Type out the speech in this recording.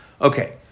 Okay